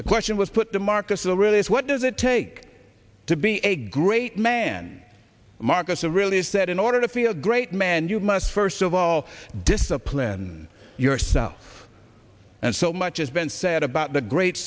the question was put to marcus a really what does it take to be a great man marcus a really is that in order to feel a great man you must first of all discipline yourself and so much has been said about the great